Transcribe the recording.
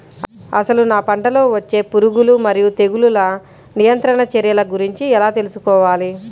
అసలు నా పంటలో వచ్చే పురుగులు మరియు తెగులుల నియంత్రణ చర్యల గురించి ఎలా తెలుసుకోవాలి?